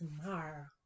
tomorrow